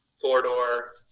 four-door